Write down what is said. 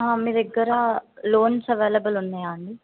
మీ దగ్గర loans available ఉన్నాయా అండి